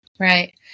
Right